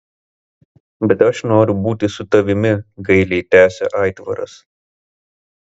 bet aš noriu būti su tavimi gailiai tęsė aitvaras